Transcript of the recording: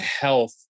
health